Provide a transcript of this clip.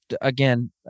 again